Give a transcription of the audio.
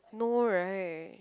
no right